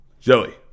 Joey